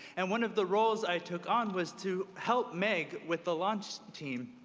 and one of the roles i took on was to help make, with the launch team.